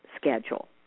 schedule